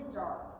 dark